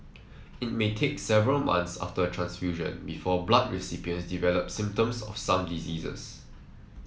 it may take several months after a transfusion before blood recipients develop symptoms of some diseases